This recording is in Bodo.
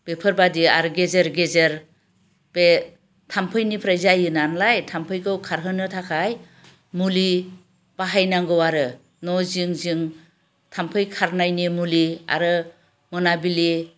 बेफोरबायदि आरो गेजेर गेजेर बे थामफैनिफ्राय जायो नालाय थामफैखौ खारहोनो थाखाय मुलि बाहायनांगौ आरो न' जिं जिं थामफै खारनायनि मुलि आरो मोनाबिलि